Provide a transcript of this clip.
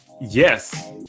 yes